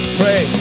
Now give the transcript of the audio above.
pray